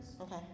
Okay